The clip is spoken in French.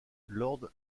lord